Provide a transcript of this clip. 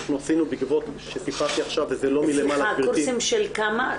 סליחה, קורסים של כמה?